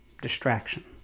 distraction